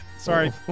sorry